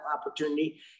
opportunity